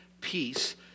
peace